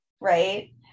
right